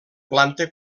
planta